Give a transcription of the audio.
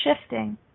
shifting